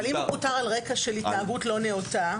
אבל אם פוטר על רקע התנהגות לא נאותה?